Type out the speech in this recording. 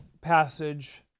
passage